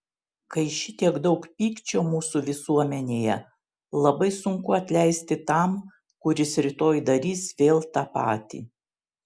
kai šitiek daug pykčio mūsų visuomenėje labai sunku atleisti tam kuris rytoj darys vėl tą patį